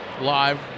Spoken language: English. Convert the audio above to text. live